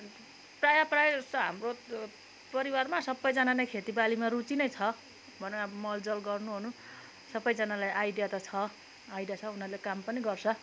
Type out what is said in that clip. प्रायः प्रायः जस्तो हाम्रो परिवारमा सबैजना नै खेतीबालीमा रुचि नै छ भनौ अबो मलजले गर्नु ओर्नु सबैजनालाई आइडिया त छ आइडिया छ उनीहरूले काम पनि गर्छ